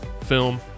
film